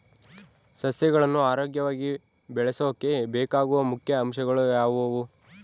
ಸಸಿಗಳನ್ನು ಆರೋಗ್ಯವಾಗಿ ಬೆಳಸೊಕೆ ಬೇಕಾಗುವ ಮುಖ್ಯ ಅಂಶಗಳು ಯಾವವು?